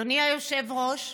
אדוני היושב-ראש,